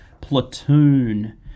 Platoon